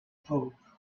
pope